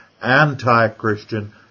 anti-Christian